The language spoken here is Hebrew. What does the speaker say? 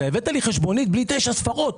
אתה הבאת לי חשבונית בלי תשע ספרות.